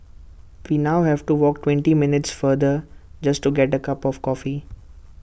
we now have to walk twenty minutes farther just to get A cup of coffee